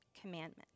commandment